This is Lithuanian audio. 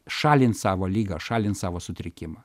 šalint savo ligą šalint savo sutrikimą